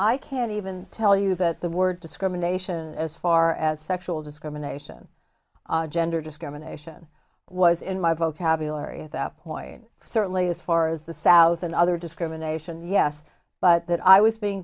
i can't even tell you that the word discrimination as far as sexual discrimination gender discrimination was in my vocabulary at that point certainly as far as the south and other discrimination yes but that i was being